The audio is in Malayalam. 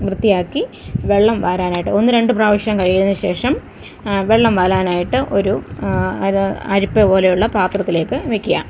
വൃത്തിയാക്കി വെള്ളം വാരാനായിട്ട് ഒന്ന് രണ്ട് പ്രാവശ്യം കഴുകിയതിന് ശേഷം വെള്ളം വാരാനായിട്ട് ഒരു അരിപ്പ പോലെയുള്ള പാത്രത്തിലേക്ക് വയ്ക്കുക